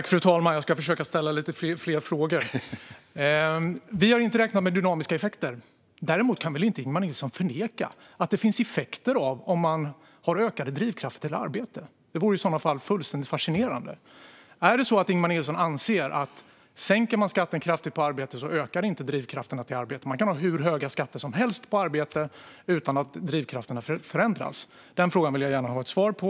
Fru talman! Jag ska försöka ställa lite fler frågor. Vi har inte räknat med dynamiska effekter. Men Ingemar Nilsson kan väl inte förneka att det däremot finns effekter av ökade drivkrafter till arbete. Det vore i så fall fullständigt fascinerande. Anser Ingemar Nilsson att om man kraftigt sänker skatten på arbete ökar inte drivkrafterna till arbete? Kan man alltså ha hur höga skatter som helst på arbete utan att drivkrafterna förändras? Dessa frågor vill jag gärna ha ett svar på.